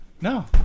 No